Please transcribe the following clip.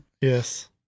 Yes